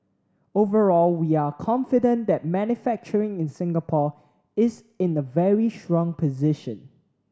overall we are confident that manufacturing in Singapore is in a very strong position